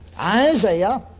Isaiah